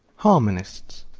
harmonists,